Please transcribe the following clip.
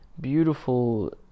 beautiful